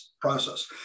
process